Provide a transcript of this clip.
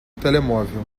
telemóvel